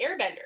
Airbender